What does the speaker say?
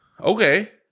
okay